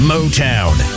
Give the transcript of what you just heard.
Motown